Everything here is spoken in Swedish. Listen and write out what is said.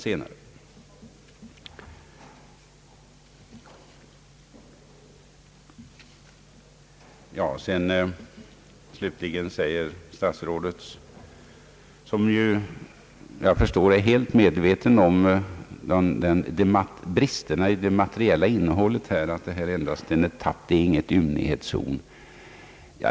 Slutligen säger statsrådet, som enligt vad jag förstår är helt medveten om bristerna i det materiella innehållet, att detta endast är en etapp, att det inte är något ymnighetshorn.